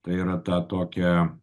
tai yra tą tokią